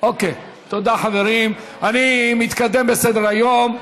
אני מתקדם בסדר-היום.